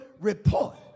report